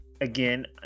Again